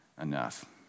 enough